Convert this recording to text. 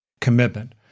commitment